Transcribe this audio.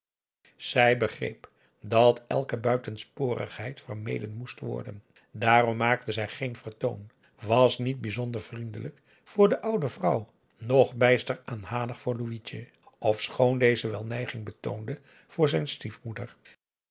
zij begreep dat elke buitensporigheid vermeden moest worden daarom maakte zij geen vertoon was niet bijzonder vriendelijk voor de oude vrouw noch bijster aanhalig voor louitje ofschoon deze wel neiging betoonde voor zijn stiefmoeder